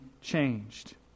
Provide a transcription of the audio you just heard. changed